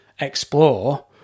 explore